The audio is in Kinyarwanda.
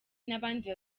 n’abandi